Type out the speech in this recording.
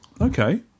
Okay